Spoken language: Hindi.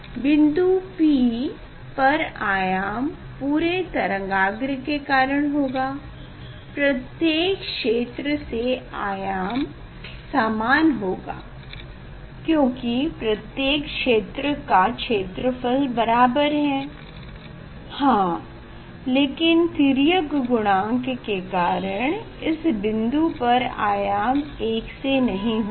बिन्दु P पर आयाम पूरे तरंगाग्र के कारण होगा प्रत्येक क्षेत्र से आयाम समान होगा क्योकि प्रत्येक क्षेत्र का क्षेत्रफल बराबर है हाँ लेकिन तिर्यक गुणांक के कारण इस बिन्दु पर आयाम एक से नहीं होंगे